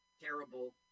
Terrible